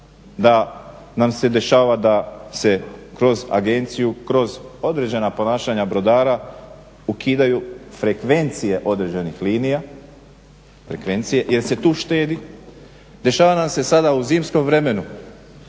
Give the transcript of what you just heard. da nam se dešava da se kroz agenciju, kroz određena ponašanja brodara ukidaju frekvencije određenih linija, frekvencije jer se tu štedi, dešava nam se sada u zimskom vremenu